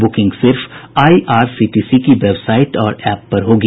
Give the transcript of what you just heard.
booking सिर्फ IRCTC की website और एप्प पर होगी